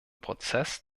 prozess